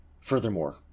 Furthermore